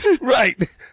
Right